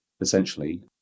essentially